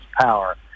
power